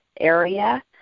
area